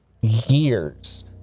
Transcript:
years